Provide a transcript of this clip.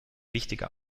wichtiger